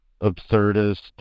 absurdist